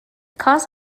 cause